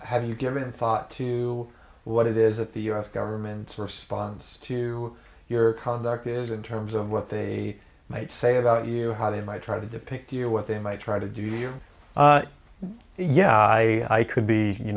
have you given thought to what it is that the u s government's response to your conduct is in terms of what they might say about you how they might try to depict you what they might try to do yeah i could be you